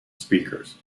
speakers